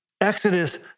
Exodus